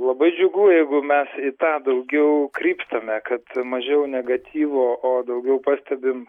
labai džiugu jeigu mes į tą daugiau krypstame kad mažiau negatyvo o daugiau pastebim